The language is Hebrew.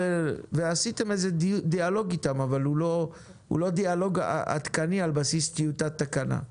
עשיתם איזה דיאלוג איתם שהוא לא דיאלוג עדכני על בסיס טיוטת תקנה,